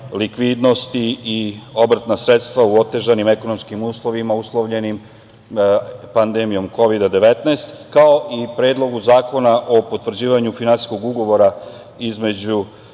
likvidnosti i obrtna sredstva u otežanim ekonomskim uslovima uslovljenim pandemijom Kovida–19, kao i o Predlogu zakona o potvrđivanju Finansijskog ugovora između